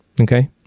okay